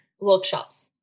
workshops